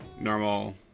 normal